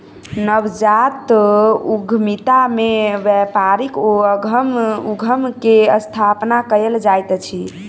नवजात उद्यमिता में व्यापारिक उद्यम के स्थापना कयल जाइत अछि